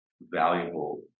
valuable